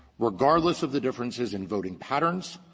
regardless of the differences in voting patterns,